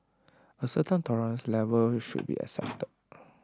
A certain tolerance level should be accepted